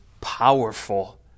powerful